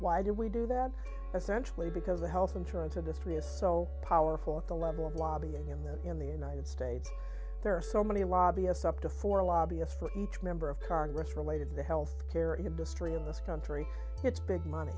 why do we do that essential because the health insurance industry is so powerful at the level of lobbying in the in the united states there are so many lobbyists up to four lobbyist for each member of congress related to the health care industry of this country it's big money